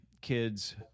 kids